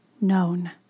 known